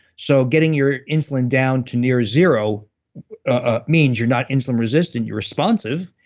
so getting your insulin down to near zero ah means you're not insulin resistant, you're responsive.